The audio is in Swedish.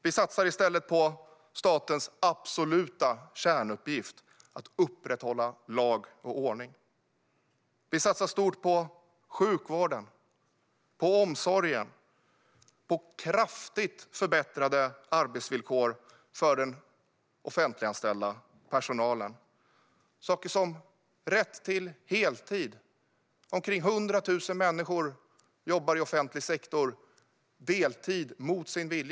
Vi satsar i stället på statens absoluta kärnuppgift: att upprätthålla lag och ordning. Vi satsar stort på sjukvården, omsorgen och kraftigt förbättrade arbetsvillkor för den offentliganställda personalen. Det är saker som rätt till heltid. Omkring 100 000 människor jobbar mot sin vilja deltid i offentlig sektor.